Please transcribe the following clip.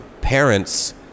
parents